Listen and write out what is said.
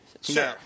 Sure